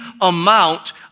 amount